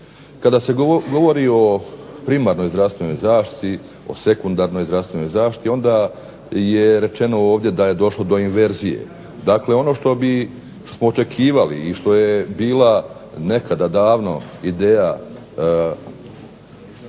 Kada se govori o primarnoj zdravstvenoj zaštiti, o sekundarnoj zdravstvenoj zaštiti onda je rečeno ovdje da je došlo do inverzije. Dakle, ono što bismo očekivali i što je bila nekada davno ideja